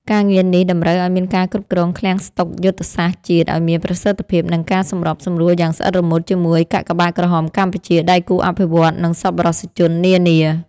ការងារនេះតម្រូវឱ្យមានការគ្រប់គ្រងឃ្លាំងស្តុកយុទ្ធសាស្ត្រជាតិឱ្យមានប្រសិទ្ធភាព និងការសម្របសម្រួលយ៉ាងស្អិតរមួតជាមួយកាកបាទក្រហមកម្ពុជា ដៃគូអភិវឌ្ឍន៍ និងសប្បុរសជននានា។